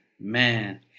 Man